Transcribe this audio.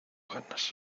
ganas